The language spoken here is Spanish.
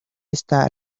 esta